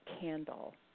candle